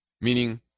meaning